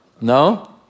No